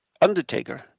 undertaker